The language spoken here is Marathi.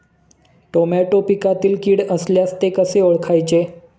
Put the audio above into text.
टोमॅटो पिकातील कीड असल्यास ते कसे ओळखायचे?